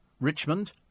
Richmond